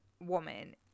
woman